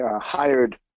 hired